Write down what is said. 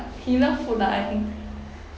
he love food lah I think